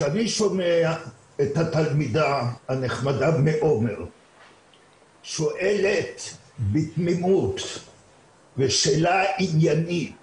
כשאני שומע את התלמידה הנחמדה מעומר שואלת בתמימות שאלה עניינית